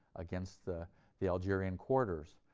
against the the algerian quarters,